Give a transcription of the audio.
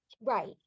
Right